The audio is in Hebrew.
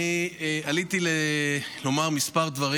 אני עליתי לומר מספר דברים.